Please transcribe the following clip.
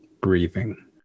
breathing